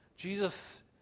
Jesus